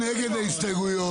מי נגד ההסתייגויות?